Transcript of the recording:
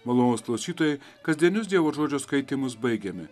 malonūs klausytojai kasdienius dievo žodžio skaitymus baigiame